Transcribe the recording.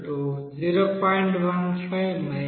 15 0